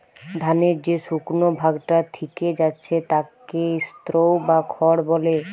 ধানের যে শুকনো ভাগটা থিকে যাচ্ছে তাকে স্ত্রও বা খড় বলে